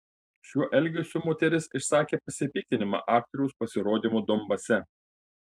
šiuo elgesiu moteris išsakė pasipiktinimą aktoriaus pasirodymu donbase